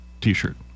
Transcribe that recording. t-shirt